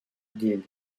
dele